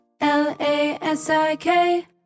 L-A-S-I-K